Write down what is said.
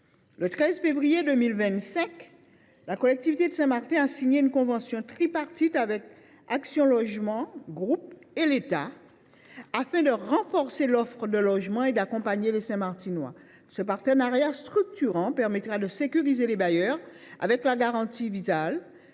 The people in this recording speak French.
Le 13 février 2025, la collectivité de Saint Martin a signé une convention tripartite avec le groupe Action Logement et l’État, afin de renforcer l’offre de logements et d’accompagner les Saint Martinois. Ce partenariat structurant permettra de sécuriser les bailleurs, grâce à la garantie locative